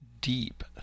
deep